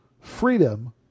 Freedom